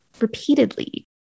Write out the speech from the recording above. repeatedly